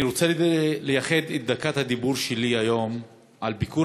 אני רוצה לייחד את דקת הדיבור שלי היום לביקור